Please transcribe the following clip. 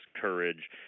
courage